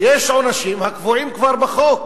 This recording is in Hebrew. יש עונשים הקבועים כבר בחוק.